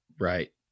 right